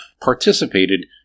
participated